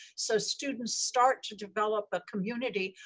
so students start to develop a community,